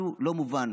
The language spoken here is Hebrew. משהו לא מובן.